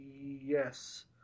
Yes